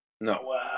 No